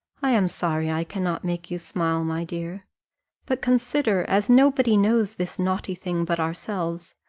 i am sorry i cannot make you smile, my dear but consider, as nobody knows this naughty thing but ourselves,